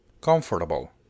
Comfortable